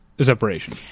separation